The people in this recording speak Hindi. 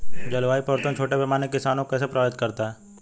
जलवायु परिवर्तन छोटे पैमाने के किसानों को कैसे प्रभावित करता है?